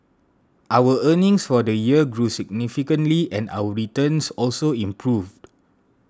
our earnings for the year grew significantly and our returns also improved